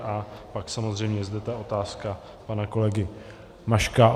A pak samozřejmě je zde ta otázka pana kolegy Maška.